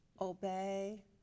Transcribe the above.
obey